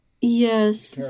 Yes